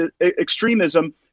extremism